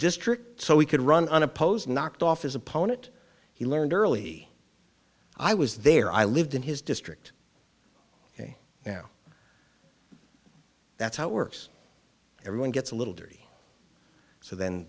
district so he could run unopposed knocked off his opponent he learned early i was there i lived in his district now that's how it works everyone gets a little dirty so then